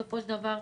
בסופו של דבר,